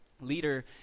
leader